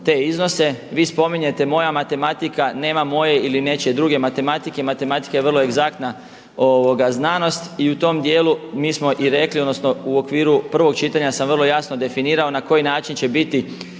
te iznose. Vi spominjete moja matematika, nema moje ili nečije druge matematike, matematika je vrlo egzaktna znanost i u tom dijelu mi smo i rekli odnosno u okviru prvog čitanja sam vrlo jasno definirao na koji način će biti